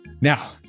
now